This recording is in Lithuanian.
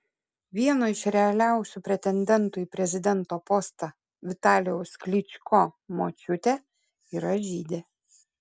vieno iš realiausių pretendentų į prezidento postą vitalijaus klyčko močiutė yra žydė